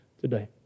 today